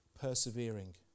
persevering